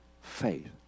faith